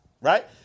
right